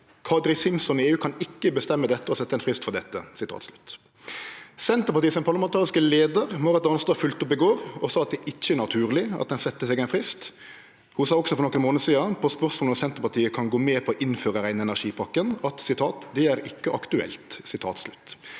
Kadri Simson i EU kan ikke bestemme og sette en frist for dette.» Senterpartiet sin parlamentariske leiar, Marit Arnstad, følgde opp i går og sa at det ikkje er naturleg at ein set seg ein frist. Ho sa også for nokre månader sidan dette på spørsmål om Senterpartiet kan gå med på å innføre rein energi-pakken: «Det er ikke aktuelt.»